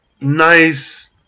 Nice